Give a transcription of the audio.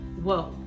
whoa